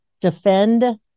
defend